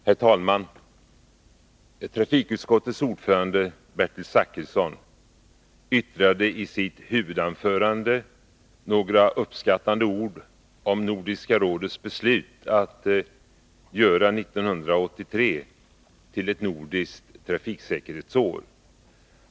Herr talman! Trafikutskottets ordförande Bertil Zachrisson yttrade i sitt huvudanförande några uppskattande ord om Nordiska rådets beslut att göra 1983 till ett nordiskt trafiksäkerhetsår.